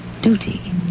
Duty